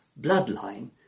bloodline